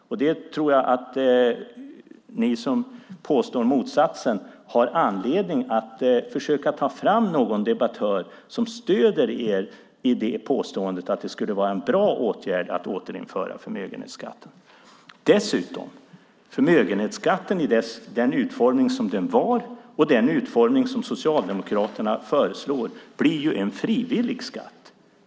Ni som påstår motsatsen har anledning att försöka ta fram någon debattör som stöder er i påståendet att det skulle vara en bra åtgärd att återinföra förmögenhetsskatten. Dessutom blir förmögenhetsskatten i den utformning den hade och i den utformning som Socialdemokraterna föreslår en frivillig skatt.